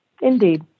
Indeed